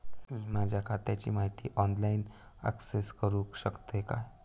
मी माझ्या खात्याची माहिती ऑनलाईन अक्सेस करूक शकतय काय?